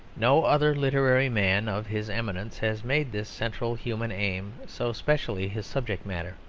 no other literary man of his eminence has made this central human aim so specially his subject matter.